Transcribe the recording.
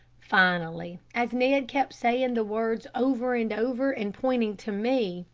finally, as ned kept saying the words over and over, and pointing to me,